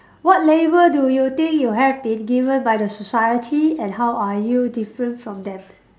what label do you think you have been given by the society and how are you different from them